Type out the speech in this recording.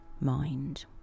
mind